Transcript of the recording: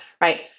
right